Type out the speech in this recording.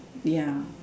ya